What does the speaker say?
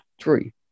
Three